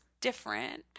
Different